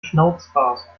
schnauzbart